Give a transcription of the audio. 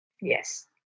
Yes